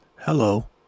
hello